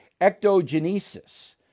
ectogenesis